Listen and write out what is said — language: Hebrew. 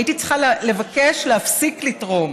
הייתי צריכה לבקש להפסיק לתרום,